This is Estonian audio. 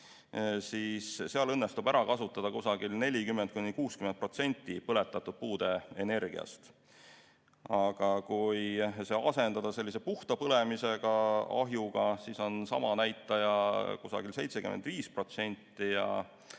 siis seal õnnestub ära kasutada 40–60% põletatud puude energiast. Aga kui see asendada sellise puhta põlemisega ahjuga, siis on sama näitaja kusagil 75% ja